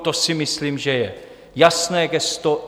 To si myslím, že je jasné gesto.